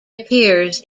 appears